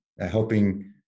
helping